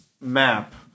Map